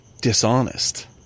dishonest